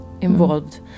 involved